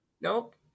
Nope